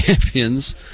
champions